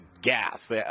gas